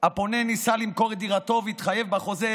הפונה ניסה למכור את דירתו והתחייב בחוזה